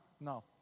no